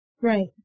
right